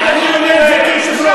בושה, אני אומר את זה כיושב-ראש.